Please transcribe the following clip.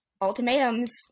Ultimatums